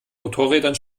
motorrädern